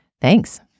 Thanks